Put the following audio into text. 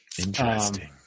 Interesting